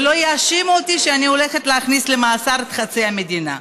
ולא יאשימו אותי שאני הולכת להכניס למאסר חצי מדינה: